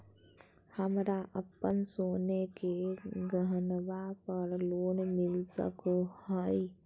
हमरा अप्पन सोने के गहनबा पर लोन मिल सको हइ?